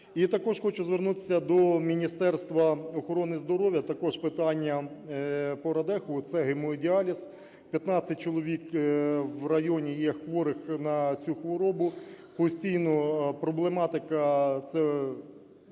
І також хочу звернутися до Міністерства охорони здоров'я: також питання по Радехову – це гемодіаліз. 15 чоловік в районі є хворих на цю хворобу, постійно проблематика –